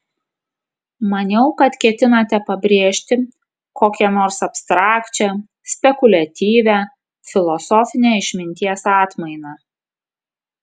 maniau kad ketinate pabrėžti kokią nors abstrakčią spekuliatyvią filosofinę išminties atmainą